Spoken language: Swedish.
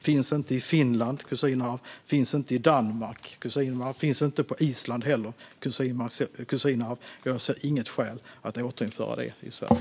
Kusinarv finns inte i Finland, inte i Danmark och inte på Island. Jag ser inget skäl att återinföra det i Sverige.